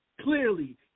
clearly